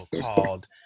called